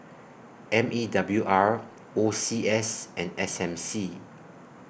M E W R O C S and S M C